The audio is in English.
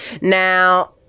now